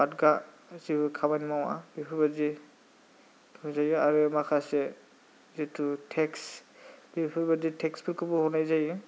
बादगा जेबो खामानि मावा बेफोरबादि होजायो आरो माखासे जितु टेक्स बेफोरबादि टेक्सफोरखौबो हरनाय जायो